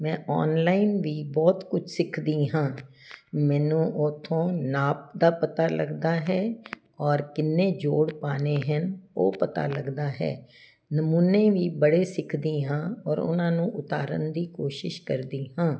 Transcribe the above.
ਮੈਂ ਆਨਲਾਈਨ ਵੀ ਬਹੁਤ ਕੁਛ ਸਿੱਖਦੀ ਹਾਂ ਮੈਨੂੰ ਉੱਥੋਂ ਨਾਪ ਦਾ ਪਤਾ ਲੱਗਦਾ ਹੈ ਔਰ ਕਿੰਨੇ ਜੋੜ ਪਾਣੇ ਹਨ ਉਹ ਪਤਾ ਲੱਗਦਾ ਹੈ ਨਮੂਨੇ ਵੀ ਬੜੇ ਸਿੱਖਦੀ ਹਾਂ ਔਰ ਉਹਨਾਂ ਨੂੰ ਉਤਾਰਨ ਦੀ ਕੋਸ਼ਿਸ਼ ਕਰਦੀ ਹਾਂ